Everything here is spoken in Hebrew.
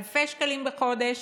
אלפי שקלים בחודש,